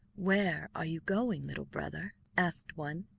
where are you going, little brother asked one.